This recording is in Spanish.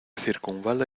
circunvala